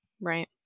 Right